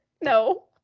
No